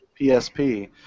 PSP